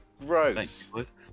Gross